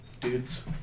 dudes